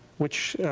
which,